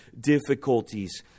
difficulties